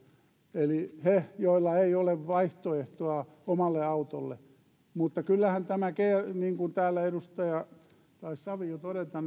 eli heille joilla ei ole vaihtoehtoa omalle autolle mutta kyllähän tämä niin kuin täällä taisi edustaja savio todeta